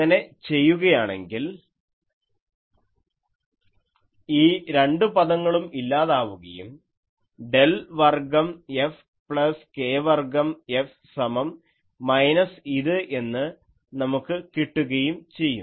അങ്ങനെ ചെയ്യുകയാണെങ്കിൽ ഈ രണ്ടു പദങ്ങളും ഇല്ലാതാവുകയും ഡെൽ വർഗ്ഗം F പ്ലസ് k വർഗ്ഗം F സമം മൈനസ് ഇത് എന്ന് നമുക്ക് കിട്ടുകയും ചെയ്യും